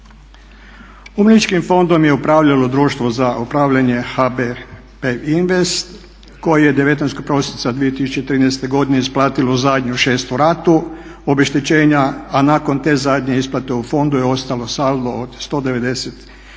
Umirovljeničkim fondom je upravljalo društvo za upravljanje HPB Invest koje je 19. prosinca 2013. godine isplatilo zadnju 6. ratu obeštećenja a nakon te zadnje isplate u fondu je ostalo saldo od 190